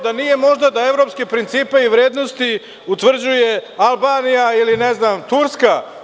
Da nije možda da evropske principe i vrednosti utvrđuje Albanija ili Turska?